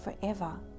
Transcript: forever